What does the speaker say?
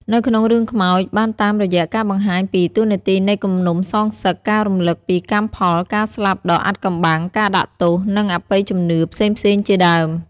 នៅក្នុងរឿងខ្មោចបានតាមរយៈការបង្ហាញពី តួនាទីនៃគំនុំសងសឹក ការរំលឹកពីកម្មផល ការស្លាប់ដ៏អាថ៌កំបាំង ការដាក់ទោស និងអបិយជំនឿផ្សេងៗជាដើម។